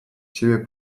ciebie